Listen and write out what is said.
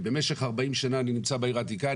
במשך 40 שנה אני נמצא בעיר העתיקה,